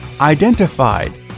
identified